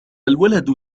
الولد